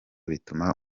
bituma